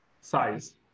size